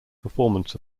performance